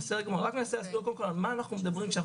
אני רק מנסה להסביר קודם על מה אנחנו מדברים כשאנחנו